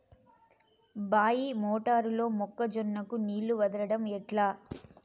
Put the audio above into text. బాయి మోటారు లో మొక్క జొన్నకు నీళ్లు వదలడం ఎట్లా?